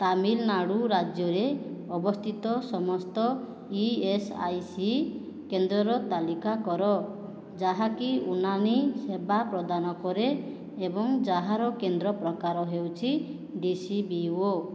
ତାମିଲନାଡ଼ୁ ରାଜ୍ୟରେ ଅବସ୍ଥିତ ସମସ୍ତ ଇ ଏସ୍ ଆଇ ସି କେନ୍ଦ୍ରର ତାଲିକା କର ଯାହାକି ଉନାନି ସେବା ପ୍ରଦାନ କରେ ଏବଂ ଜାହାର କେନ୍ଦ୍ର ପ୍ରକାର ହେଉଛି ଡି ସି ବି ଓ